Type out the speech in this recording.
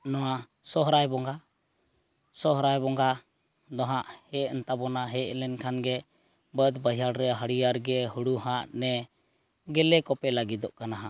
ᱱᱚᱣᱟ ᱥᱚᱦᱚᱨᱟᱭ ᱵᱚᱸᱜᱟ ᱥᱚᱦᱨᱟᱭ ᱵᱚᱸᱜᱟ ᱫᱚ ᱦᱟᱸᱜ ᱦᱮᱡ ᱮᱱ ᱛᱟᱵᱚᱱᱟ ᱚᱱᱟ ᱦᱮᱡ ᱞᱮᱱᱠᱷᱟᱱ ᱜᱮ ᱵᱟᱫᱽ ᱵᱟᱭᱦᱟᱲ ᱨᱮ ᱦᱟᱹᱲᱭᱟᱹᱨ ᱜᱮ ᱦᱩᱲᱩ ᱦᱟᱸᱜ ᱱᱮ ᱜᱮᱞᱮ ᱠᱚᱯᱮ ᱞᱟᱹᱜᱤᱫᱚᱜ ᱠᱟᱱᱟ ᱦᱟᱸᱜ